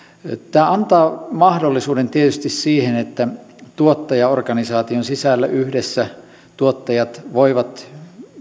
tämä antaa mahdollisuuden tietysti siihen että tuottajaorganisaation sisällä yhdessä tuottajat voivat